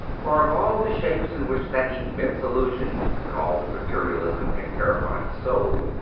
for of all the shapes in which that immense illusion called materialism can terrify the soul,